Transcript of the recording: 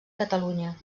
catalunya